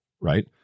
right